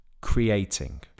creating